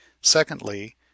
secondly